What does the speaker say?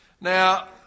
Now